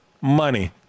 Money